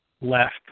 left